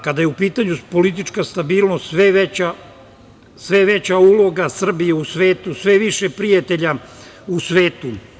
Kada je u pitanju politička stabilnost, sve je veća uloga Srbije u svetu, sve je više prijatelja u svetu.